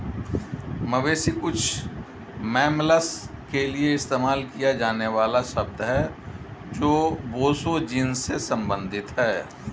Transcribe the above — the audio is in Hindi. मवेशी कुछ मैमल्स के लिए इस्तेमाल किया जाने वाला शब्द है जो बोसो जीनस से संबंधित हैं